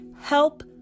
Help